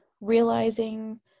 realizing